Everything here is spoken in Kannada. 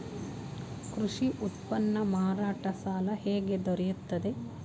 ಕೃಷಿ ಉತ್ಪನ್ನ ಮಾರಾಟ ಸಾಲ ಹೇಗೆ ದೊರೆಯುತ್ತದೆ?